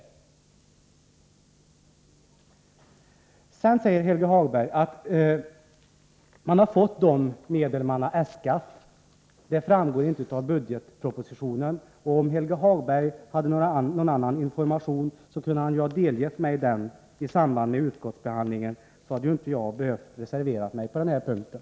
Helge Hagberg säger: Rikscentralerna för pedagogiska hjälpmedel för handikappade har fått de medel som man har äskat. Men det framgår inte av budgetpropositionen. Om Helge Hagberg hade haft någon annan information, kunde han ha delgett mig den i samband med utskottsbehandlingen. Då hade jag inte behövt reservera mig på den här punkten.